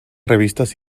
revistas